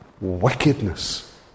wickedness